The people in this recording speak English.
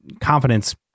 confidence